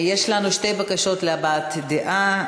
יש לנו שתי בקשות להבעת דעה.